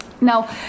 now